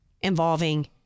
involving